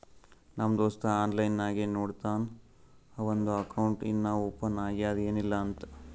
ನಮ್ ದೋಸ್ತ ಆನ್ಲೈನ್ ನಾಗೆ ನೋಡ್ತಾನ್ ಅವಂದು ಅಕೌಂಟ್ ಇನ್ನಾ ಓಪನ್ ಆಗ್ಯಾದ್ ಏನಿಲ್ಲಾ ಅಂತ್